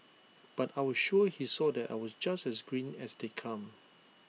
but I was sure he saw that I was just as green as they come